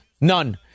None